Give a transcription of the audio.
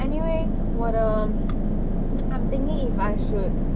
anyway 我的 I am thinking if I should